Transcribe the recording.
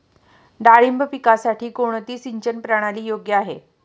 डाळिंब पिकासाठी कोणती सिंचन प्रणाली योग्य आहे?